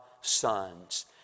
sons